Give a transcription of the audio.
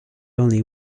only